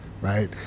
right